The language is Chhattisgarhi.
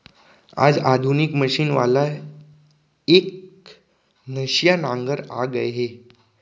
आज आधुनिक मसीन वाला एकनसिया नांगर आ गए हे